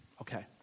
Okay